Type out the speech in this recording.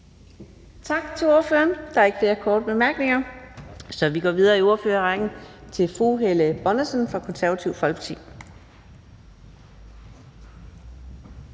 Tak til ordføreren. Der er ikke flere korte bemærkninger, så vi går videre i ordførerrækken til fru Helle Bonnesen fra Det Konservative Folkeparti.